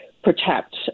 protect